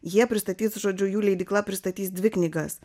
jie pristatys žodžiu jų leidykla pristatys dvi knygas